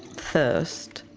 thirst,